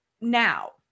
now